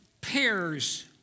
pairs